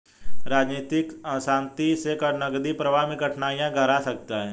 राजनीतिक अशांति से नकदी प्रवाह में कठिनाइयाँ गहरा सकता है